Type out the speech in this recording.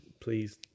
please